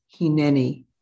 hineni